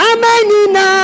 Amenina